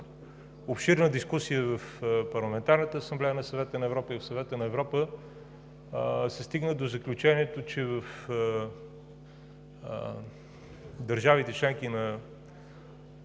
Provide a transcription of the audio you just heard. обширна дискусия в Парламентарната Асамблея на Съвета на Европа се стигна до заключението, че в държавите – членки на